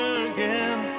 again